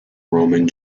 roman